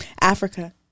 Africa